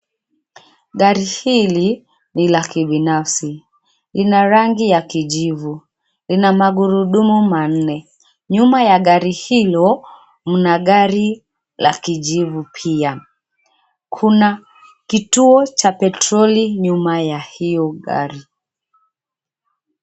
Gari hili, ni la kibinafsi, lina rangi ya kijivu, lina magurudumu manne. Nyuma ya gari hilo, mna gari la kijivu pia. Kuna kituo cha petroli nyuma ya hiyo gari.